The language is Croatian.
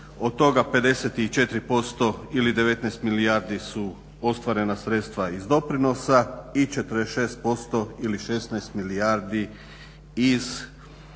Od toga 54% ili 19 milijardi su ostvarena sredstva iz doprinosa i 46% ili 16 milijardi iz proračunskih